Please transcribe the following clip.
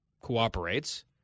cooperates